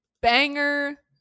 banger